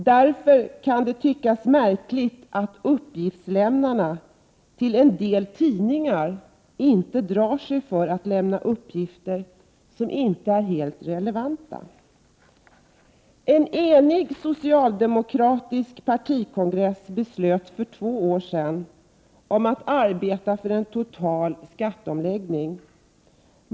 Därför kan det tyckas märkligt att uppgiftslämnarna till en del tidningar inte drar sig för att lämna uppgifter som inte är helt relevanta. En enig socialdemokratisk partikongress beslöt för två år sedan att arbeta för en total skatteomläggning.